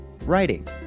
writing